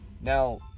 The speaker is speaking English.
Now